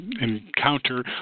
encounter